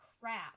crap